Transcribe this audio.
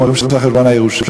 הם אומרים שזה על חשבון הירושה.